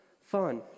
fun